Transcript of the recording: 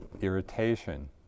irritation